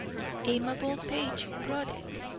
amabel page brought it.